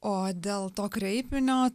o dėl to kreipinio tai